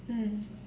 mm